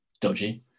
dodgy